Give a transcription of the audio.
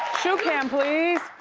shoe cam, please.